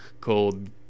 called